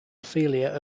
ophelia